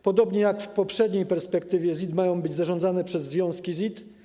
Podobnie jak w poprzedniej perspektywie ZIT mają być zarządzane przez związki ZIT.